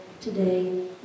today